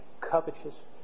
covetous